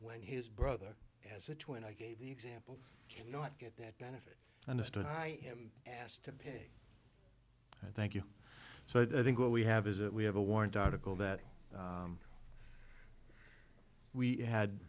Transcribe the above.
when his brother as such when i gave the example can not get that benefit understood i am asked to pay thank you so i think what we have is that we have a warrant article that we had